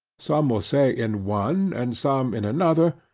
some will say in one and some in another,